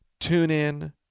TuneIn